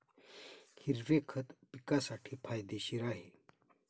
हिरवे खत पिकासाठी फायदेशीर आहे